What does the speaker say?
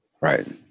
Right